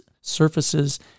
surfaces